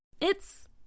It's